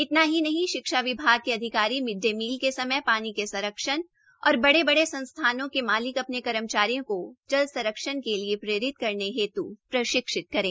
इतना ही नहीं शिक्षा विभाग के अधिकारी मिड डे मिल के समय पानी के संरक्षण और बडे बडे संस्थानों के मालिक अपने कर्मचारियों को जल संरक्षण के लिए प्रेरित करने हेतू प्रशिक्षित करें